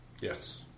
Yes